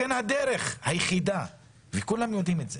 לכן אני אומר, שאנחנו נדבר על עוד רפורמות,